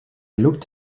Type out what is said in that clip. looked